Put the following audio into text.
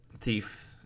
thief